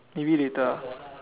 maybe later lah